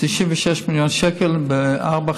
96 מיליון שקל בארבעה,